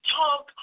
talk